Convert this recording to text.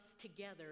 together